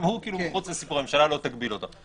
הוא מחוץ לסיפור והממשלה לא תגביל אותו.